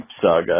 Saga